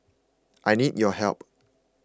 I need your help